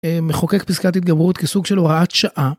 מחוקק פסקת התגברות כסוג של הוראת שעה.